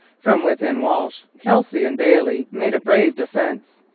from within walsh, kelsey, and bailey made a brave defence.